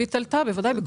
הריבית עלתה, בוודאי.